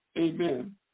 Amen